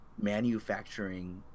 manufacturing